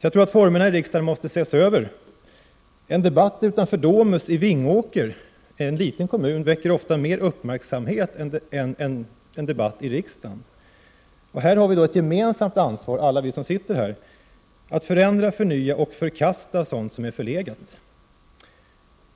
Jag tror att arbetsformerna i riksdagen måste ses över. En debatt utanför Domus i Vingåker, en liten kommun, väcker ofta mer uppmärksamhet än en debatt i riksdagen. Här har vi ett gemensamt ansvar, alla vi som sitter här: att förändra, förnya och förkasta sådant som är förlegat.